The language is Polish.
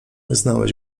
znałeś